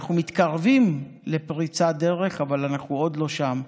שאנחנו מתקרבים לפריצת דרך, אבל אנחנו עוד לא שם.